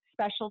special